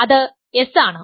അത് s ആണ്